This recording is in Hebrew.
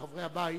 חברי הבית,